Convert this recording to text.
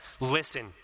listen